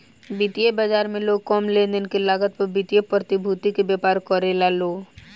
वित्तीय बाजार में लोग कम लेनदेन के लागत पर वित्तीय प्रतिभूति के व्यापार करेला लो